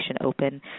open